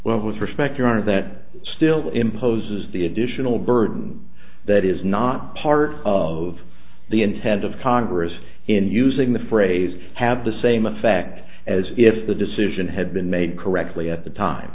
with respect your honor that still imposes the additional burden that is not part of the intent of congress in using the phrase have the same effect as if the decision had been made correctly at the time